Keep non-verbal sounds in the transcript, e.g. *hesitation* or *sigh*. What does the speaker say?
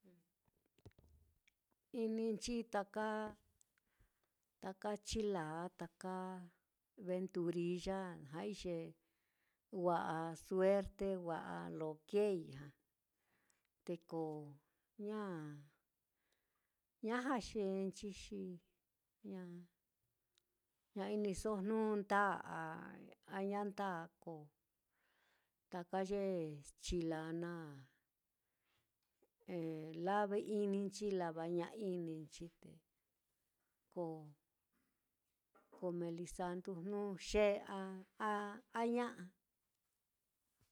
Ininchi taka taka chila, taka venturiya, ja'ai ye wa'a suerte wa'a lo keei já, te ko ña ña jaxenchi xi ña *hesitation* ña iniso jnu ndáa a ña ndáa, ko taka ye chila naá *hesitation* lavai ininchi lavai ña ininchi, te ko meeli santu jnu xe a-a ña'a.